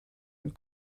and